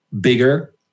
bigger